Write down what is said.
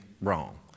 wrong